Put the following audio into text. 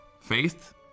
Faith